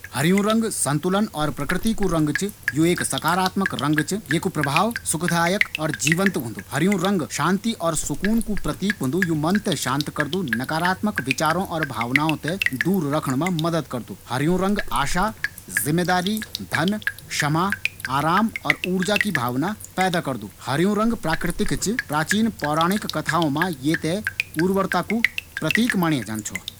हरयूं रंग संतुलन और प्रकृति कु रंग च। यु एक सकारात्मक रंग च। यिकू प्रभाव सुखदायक और जीवंत होंदू। यु शांति और सुकून कु प्रतीक च। यु मन थें शांत करदू। नकारात्मक विचारों और भावों थें दूर रखणा मा मदद करदू। यु आशा, जिम्मेदारी, धन, क्षमा, आराम और ऊर्जा की भावना पैदा करदू। यु प्राकृतिक रंग च। प्राचीन पौराणिक कथाओं मा ये थें उर्वरता कु प्रतीक माने जांद छौ।